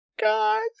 god